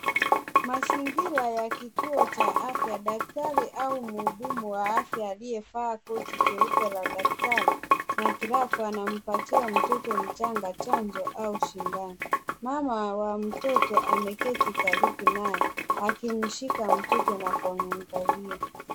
Mazingira ya kituo cha afya . Daktari au mhudumu wa afya aliyevaa koti jeupe la daktari na glavu anampatia mtoto mchanga chanjo au shindano. Naye mama mtoto ameketi karibu naye akimshika mtoto na kumwangalia .